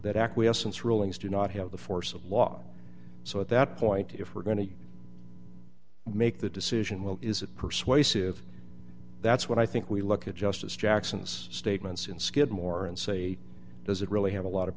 that acquiescence rulings do not have the force of law so at that point if we're going to make the decision well is it persuasive that's what i think we look at justice jackson's statements in skidmore and say does it really have a lot of